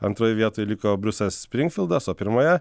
antroj vietoj liko briusas sprinkfildas o pirmoje